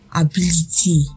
ability